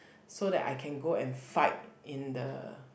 so that I can go and fight in the